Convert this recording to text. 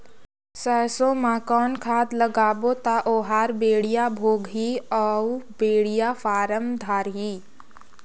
सरसो मा कौन खाद लगाबो ता ओहार बेडिया भोगही अउ बेडिया फारम धारही?